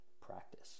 practice